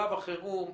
שלב החירום,